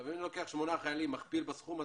אם אני לוקח 8 חיילים ומכפיל בסכום הזה,